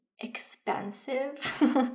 expensive